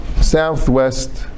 southwest